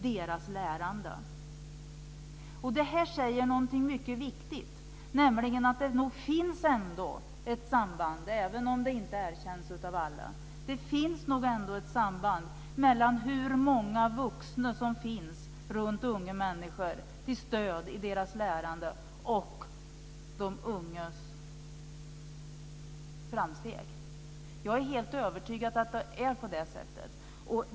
Det här säger någonting mycket viktigt, nämligen att det nog ändå finns ett samband, även om det inte erkänns av alla. Det finns nog ändå ett samband mellan hur många vuxna som finns runt unga människor till stöd i deras lärande och de ungas framsteg. Jag är helt övertygad om att det är på det sättet.